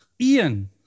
Ian